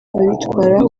abitwara